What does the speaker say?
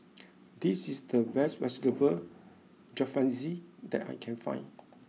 this is the best Vegetable Jalfrezi that I can find